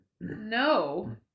no